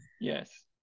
Yes